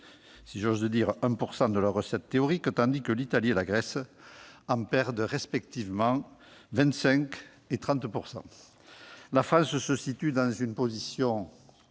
si j'ose dire, 1 % de leurs recettes théoriques, tandis que l'Italie et la Grèce en perdent respectivement 25 % et 30 %. La France se situe dans une position